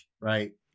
right